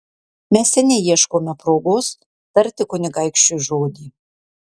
mes seniai ieškome progos tarti kunigaikščiui žodį